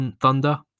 Thunder